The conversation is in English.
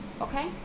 Okay